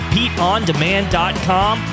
PeteOnDemand.com